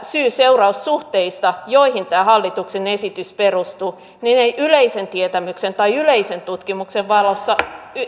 syy seuraus suhteista joihin tämä hallituksen esitys perustuu ei yleisen tietämyksen tai yleisen tutkimuksen valossa